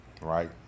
right